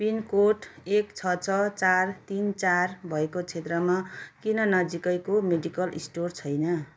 pin code एक छ छ चार तिन चार भएको क्षेत्रमा किन नजिकैको मेडिकल स्टोर छैन